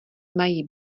mají